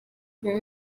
uyu